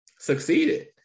succeeded